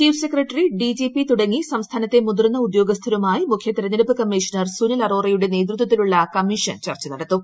chief secretary DGP തുടങ്ങി സംസ്ഥാനത്തെ മുതിർന്ന ഉദ്യോഗസ്ഥരുമായി മുഖ്യ തെരഞ്ഞെടുപ്പ് കമ്മീഷണർ സുനിൽ ആറ്റോറിയുടെ നേതൃത്വത്തിലുള്ള കമ്മീഷൻ ചർച്ച നടത്തും